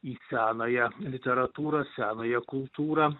į senąją literatūrą senąją kultūrą